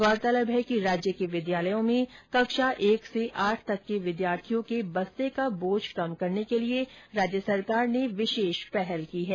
गौरतलब हैं कि राज्य के विद्यालयों में कक्षा एक से आठ तक के विद्यार्थियों के बस्ते का बोझ कम करने के लिए राज्य सरकार ने विशेष पहल की है